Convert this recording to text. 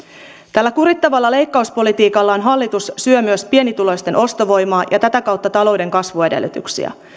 tällä kurittavalla leikkauspolitiikallaan hallitus syö myös pienituloisten ostovoimaa ja tätä kautta talouden kasvuedellytyksiä